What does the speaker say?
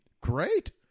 great